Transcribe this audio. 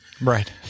Right